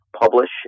publish